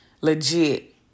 legit